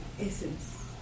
essence